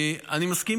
אני מסכים